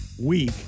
week